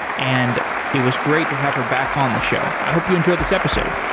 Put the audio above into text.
and it was great to have her back on the show. i hope you enjoy this episode.